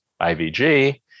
IVG